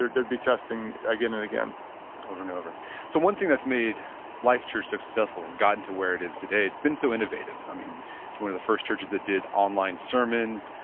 they're they're testing again and again over and over. so one thing that's made life church successful, gotten to where it is today it's been so innovative. i mean one of the first churches that did online sermons.